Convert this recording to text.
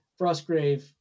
Frostgrave